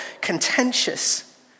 contentious